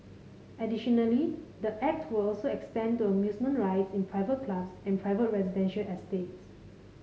additionally the Act will also extend to amusement rides in private clubs and private residential estates